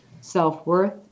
self-worth